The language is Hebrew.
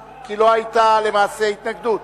כי לא היתה למעשה התנגדות.